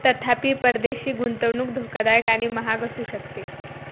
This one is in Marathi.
तथापि परदेशी गुंतवणूक धोकादायक आणि महाग असू शकते